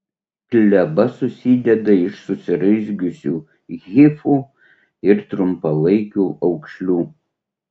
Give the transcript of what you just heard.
gleba susideda iš susiraizgiusių hifų ir trumpalaikių aukšlių